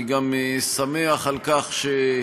אני גם שמח על כך שהפעם,